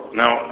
now